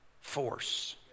force